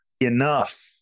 enough